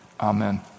amen